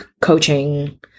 coaching